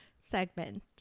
segment